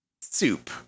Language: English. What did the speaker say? soup